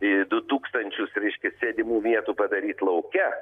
į du tūkstančius reiškia sėdimų vietų padaryt lauke